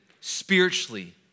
spiritually